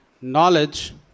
Knowledge